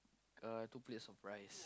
uh two plates of rice